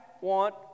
want